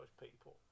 people